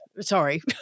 Sorry